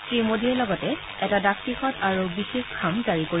শ্ৰীমোদীয়ে লগতে এটা ডাক টিকট আৰু বিশেষ খাম জাৰি কৰিব